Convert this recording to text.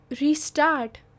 restart